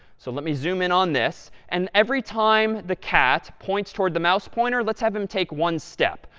so let me zoom in on this. and every time the cat points toward the mouse pointer, let's have him take one step.